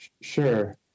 Sure